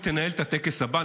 היא תנהל את הטקס הבא,